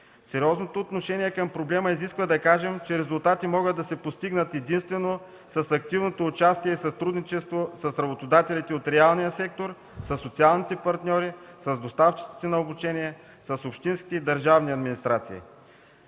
Сериозното отношение към проблема изисква да кажем, че резултати могат да се постигнат единствено с активното участие и сътрудничество с работодателите от реалния сектор, със социалните партньори, с доставчиците на обучение, с общинските и държавни администрации.